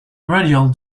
radial